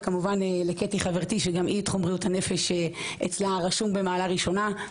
וכמובן לקטי חברתי שגם אצלה תחום בריאות הנפש רשום במעלה ראשונה.